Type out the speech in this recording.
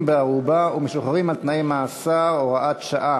בערובה ומשוחררים על-תנאי ממאסר (הוראת שעה)